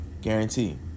guarantee